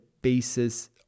basis